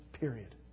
period